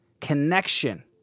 connection